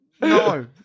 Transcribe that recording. no